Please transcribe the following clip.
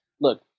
look